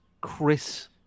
Chris